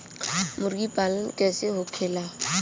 मुर्गी पालन कैसे होखेला?